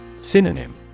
Synonym